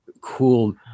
cool